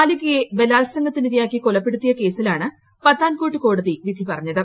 ബാലികയെ ബലാൽസംഗത്തിനിരയാക്കി കൊലപ്പെടുത്തിയ കേസിലാണ് പത്താൻകോട്ട് കോടതി വിധി പറഞ്ഞ്ത്